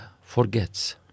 forgets